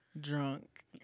drunk